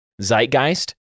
zeitgeist